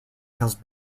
tells